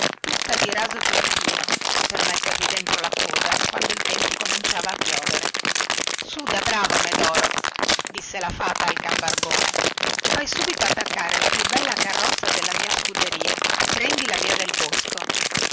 tutta di raso turchino per mettervi dentro la coda quando il tempo cominciava a piovere su da bravo medoro disse la fata al can barbone fai subito attaccare la più bella carrozza della mia scuderia e prendi la via del bosco